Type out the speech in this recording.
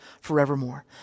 forevermore